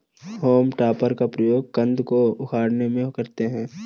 home टॉपर का प्रयोग कन्द को उखाड़ने में करते हैं